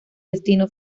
destino